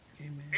Amen